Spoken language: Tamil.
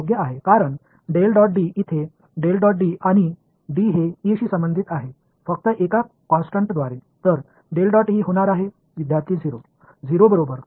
Student இங்கே இருப்பதால் கூலொம்பின் லா Coulomb's law பயன்படுத்தப்படுகிறது மற்றும்D என்பது ஒரு மாறிலி மூலம் E உடன் தொடர்புடையது